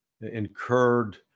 incurred